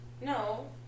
No